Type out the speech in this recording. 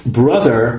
brother